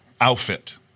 outfit